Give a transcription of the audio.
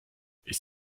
ist